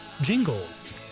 jingles